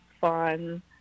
fun